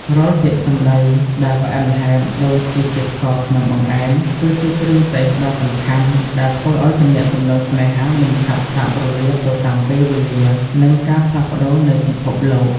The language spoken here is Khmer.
រាល់ពាក្យសម្ដីដែលផ្អែមល្ហែមដូចជាជាតិស្ករក្នុងបង្អែម គឺជាគ្រឿងទេសដ៏សំខាន់ដែលធ្វើឱ្យទំនាក់ទំនងស្នេហាមិនឆាប់សាបរលាបទៅតាមពេលវេលា និងការផ្លាស់ប្ដូរនៃពិភពលោក។